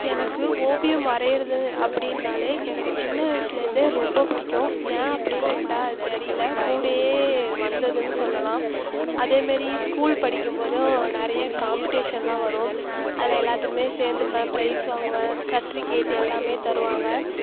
எனக்கு ஓவியம் வரையறது அப்படினாலே எனக்கு சின்ன வயதுலேருந்தே ரொம்ப பிடிக்கும் என் அப்படின்னு கேட்டால் தெரியலை கூடவே வந்ததுன்னு சொல்லலாம் அதேமாரி ஸ்கூல் படிக்கும் போதும் நிறைய காம்பெடிஷன்லாம் வரும் அதில் எல்லாத்திலையுமே சேர்ந்துப்பன் ப்ரைஸ் வாங்குவேன் சர்ட்ரிகேட் எல்லாமே தருவாங்க